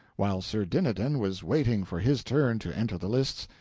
while sir dinadan was waiting for his turn to enter the lists,